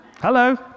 hello